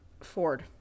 Ford